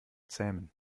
zähmen